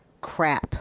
crap